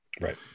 Right